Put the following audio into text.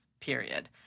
period